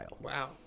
Wow